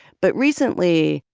but recently,